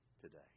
today